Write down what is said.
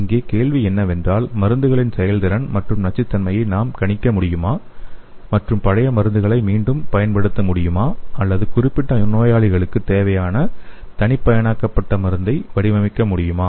இங்கே கேள்வி என்னவென்றால் மருந்துகளின் செயல்திறன் மற்றும் நச்சுத்தன்மையை நாம் கணிக்க முடியுமா மற்றும் பழைய மருந்துகளை மீண்டும் பயன்படுத்த முடியுமா அல்லது குறிப்பிட்ட நோயாளிகளுக்குத் தேவையான தனிப்பயனாக்கப்பட்ட மருந்தை வடிவமைக்க முடியுமா